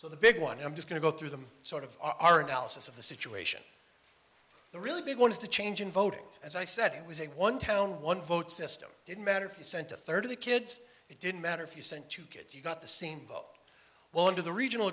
to the big one i'm just going to go through them sort of our analysis of the situation the really big one is the change in voting as i said it was a one town one vote system didn't matter if you sent a third of the kids it didn't matter if you sent two kids you got the same go well under the regional